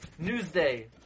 Newsday